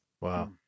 Wow